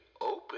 open